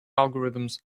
algorithms